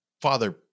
father